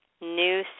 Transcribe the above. New